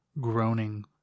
groaning